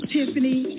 Tiffany